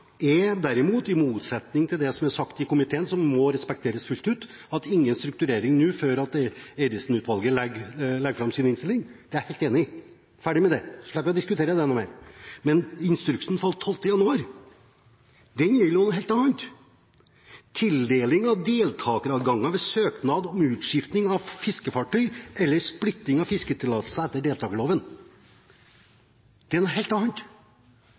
er derimot – i motsetning til det som er sagt i komiteen, som må respekteres fullt ut – ingen strukturering nå før Eidesen-utvalget legger fram sin innstilling. Det er jeg helt enig i – ferdig med det, så slipper vi å diskutere det noe mer. Instruksen som falt 12. januar, gjelder noe helt annet: Tildeling av deltakeradganger ved søknad om utskifting av fiskefartøy eller splitting av fisketillatelse etter deltakerloven. Det er noe helt annet.